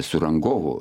su rangovu